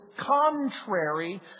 contrary